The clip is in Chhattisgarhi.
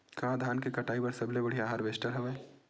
का धान के कटाई बर सबले बढ़िया हारवेस्टर हवय?